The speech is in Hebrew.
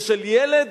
ושל ילד